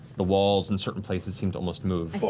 the walls in certain places seem to almost move.